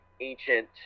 ancient